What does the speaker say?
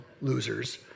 losers